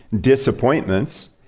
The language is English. disappointments